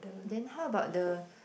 then how about the